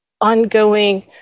ongoing